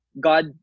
God